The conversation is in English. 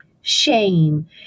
shame